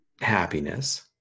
happiness